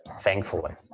thankfully